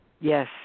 Yes